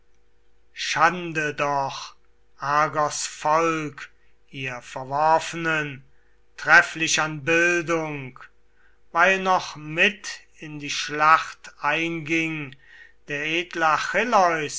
schande doch argos volk ihr verworfenen trefflich an bildung weil noch mit in die schlacht einging der